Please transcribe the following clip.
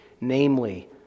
Namely